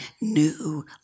new